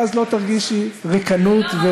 ואז לא תרגישי ריקנות,